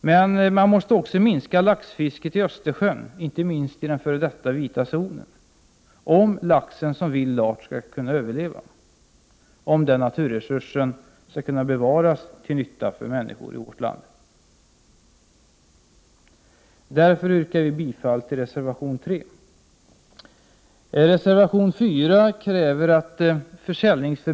Men man måste också minska laxfisket i Östersjön, inte minst i den före detta vita zonen. Det är ett villkor om laxen som vild art skall kunna överleva, om den naturresursen skall kunna bevaras till nytta för människor i vårt land. Därmed yrkar vi bifall till reservation 3. under vissa tider på året skall tas bort.